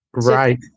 Right